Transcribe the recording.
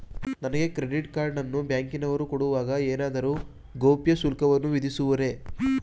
ನನಗೆ credit card ಅನ್ನು ಬ್ಯಾಂಕಿನವರು ಕೊಡುವಾಗ ಏನಾದರೂ ಗೌಪ್ಯ ಶುಲ್ಕವನ್ನು ವಿಧಿಸುವರೇ?